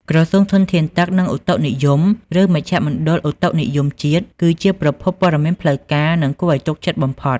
ក្រសួងធនធានទឹក និងឧតុនិយម ឬមជ្ឈមណ្ឌលឧតុនិយមជាតិ គឺជាប្រភពព័ត៌មានផ្លូវការ និងគួរឱ្យទុកចិត្តបំផុត។